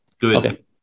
good